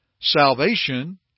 salvation